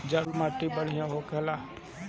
जलोड़ माटी बढ़िया काहे होला?